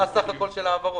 מה סך הכול של ההעברות?